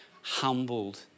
humbled